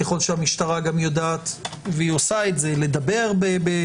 ככל שהמשטרה גם יודעת ועושה זאת - לייצר